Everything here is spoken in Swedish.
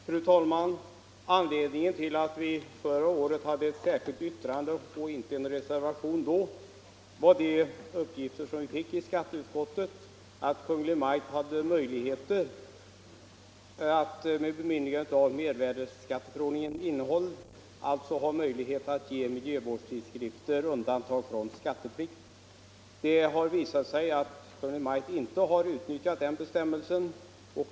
Fru talman! Anledningen till att vi förra året hade ett särskilt yttrande och inte en reservation var, att vi i skatteutskottet hade fått uppgifter om att Kungl. Maj:t hade möjlighet att enligt mervärdeskatteförordningen medge miljövårdstidskrifter undantag från skatteplikt. Det har emellertid visat sig att Kungl. Maj:t inte utnyttjar den möjligheten.